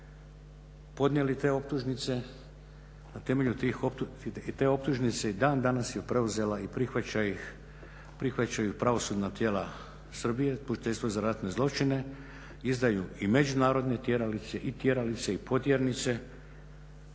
podnijeli te optužnice i te optužnice i dan danas je preuzela i prihvaćaju ih pravosudna tijela Srbije, Tužiteljstvo za ratne zločine izdaju i međunarodne tjeralice i tjeralice i potjernice